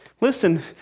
Listen